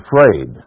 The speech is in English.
afraid